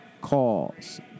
calls